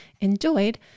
enjoyed